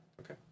Okay